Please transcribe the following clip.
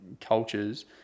cultures